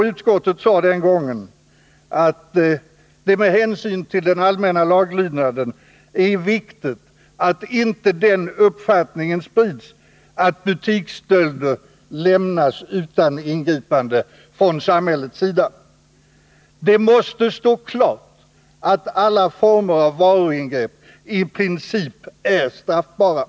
Utskottet sade den gången att det med hänsyn till den allmänna laglydnaden är viktigt att inte uppfattningen sprids att butiksstölder lämnas utan ingripande från samhällets sida; det måste stå klart att alla former av varutillgrepp i princip är straffbara.